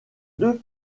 deux